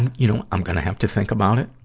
and you know, i'm gonna have to think about it,